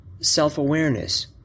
self-awareness